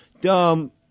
Dumb